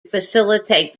facilitate